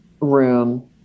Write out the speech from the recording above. room